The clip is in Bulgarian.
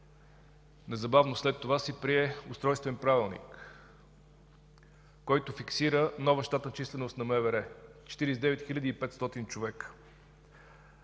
Незабавно след това се прие и Устройствен правилник, който фиксира нова щатна численост на МВР – 49 хил. 500 човека.